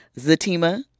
Zatima